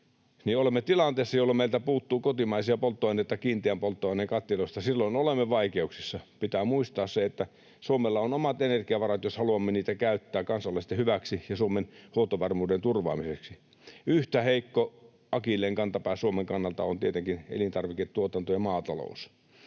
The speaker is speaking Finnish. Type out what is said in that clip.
olemme tilanteessa, jossa meiltä puuttuu kotimaisia polttoaineita kiinteän polttoaineen kattiloista. Silloin olemme vaikeuksissa. Pitää muistaa se, että Suomella on omat energiavarat, jos haluamme niitä käyttää kansalaisten hyväksi ja Suomen huoltovarmuuden turvaamiseksi. Yhtä heikko akilleenkantapää Suomen kannalta on tietenkin elintarviketuotanto ja maatalous,